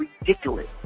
ridiculous